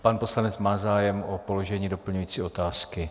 Pan poslanec má zájem o položení doplňující otázky.